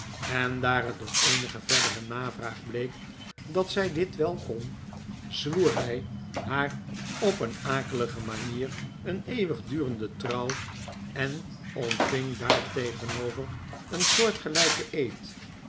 en daar het door eenige verdere navraag bleek dat zij dit wel kon zwoer hij haar op een akelige manier een eeuwigdurende trouw en ontving daartegenover een soortgelijken eed